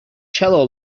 cello